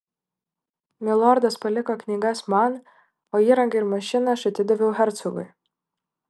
milordas paliko knygas man o įrangą ir mašiną aš atidaviau hercogui